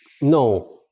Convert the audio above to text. No